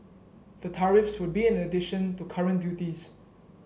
the tariffs would be in addition to current duties